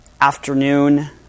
afternoon